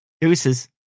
Deuces